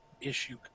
issue